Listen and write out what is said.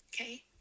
Okay